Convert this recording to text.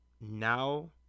Now